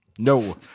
No